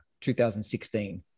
2016